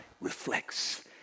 reflects